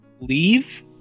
leave